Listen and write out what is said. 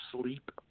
sleep